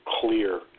clear